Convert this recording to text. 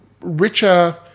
richer